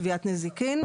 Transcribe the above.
תביעת נזיקין,